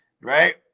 right